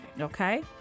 Okay